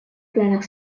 planak